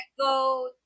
go